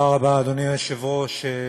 תודה רבה, אדוני היושב-ראש.